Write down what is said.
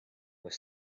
were